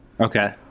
Okay